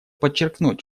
подчеркнуть